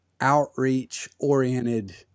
outreach-oriented